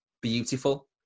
beautiful